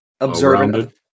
observant